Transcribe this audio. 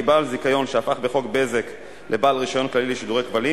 כי "בעל זיכיון" שהפך בחוק הבזק ל"בעל רשיון כללי לשידורי כבלים",